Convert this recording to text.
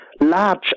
large